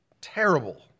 Terrible